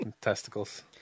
testicles